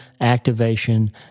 activation